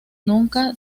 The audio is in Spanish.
nunca